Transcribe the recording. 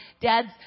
dads